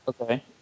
Okay